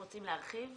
אתה רוצה להרחיב?